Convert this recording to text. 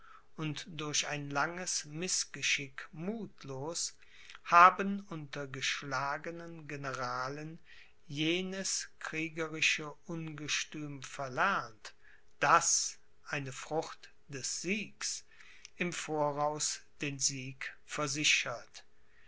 und durch ein langes mißgeschick muthlos haben unter geschlagenen generalen jenes kriegerische ungestüm verlernt das eine frucht des siegs im voraus den sieg versichert